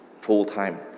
full-time